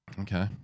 Okay